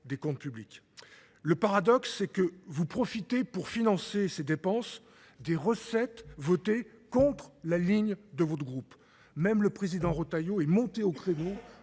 des comptes publics. Le paradoxe, c'est que vous profitez pour financer ces dépenses des recettes votées contre la ligne de votre groupe. Même le président Rotailleau est monté au créneau